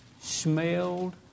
smelled